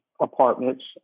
apartments